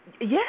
Yes